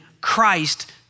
Christ